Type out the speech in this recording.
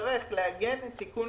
נצטרך לעגן תיקון